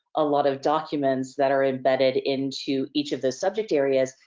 a lot of documents that are embedded into each of the subject areas.